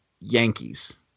Yankees